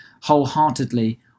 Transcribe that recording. wholeheartedly